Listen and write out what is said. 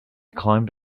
climbed